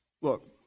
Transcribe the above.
Look